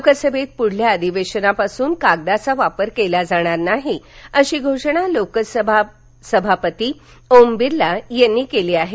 लोकसभेत पुढच्या अधिवेशनापासून कागदाचा वापर केला जाणार नाही अशी घोषणा लोकसभा सभापती ओम बिर्ला यांनी केली आहे